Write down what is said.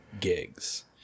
gigs